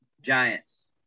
Giants